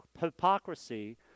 hypocrisy